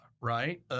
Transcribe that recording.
right